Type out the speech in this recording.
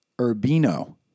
Urbino